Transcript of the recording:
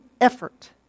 effort